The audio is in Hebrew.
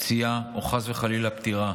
פציעה או חס וחלילה פטירה,